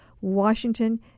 Washington